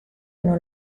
non